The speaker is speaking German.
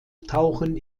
tauchen